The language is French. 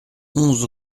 onze